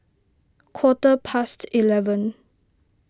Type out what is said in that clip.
quarter past eleven